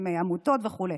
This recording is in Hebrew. עם עמותות וכו'.